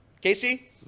Casey